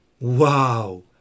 wow